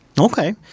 Okay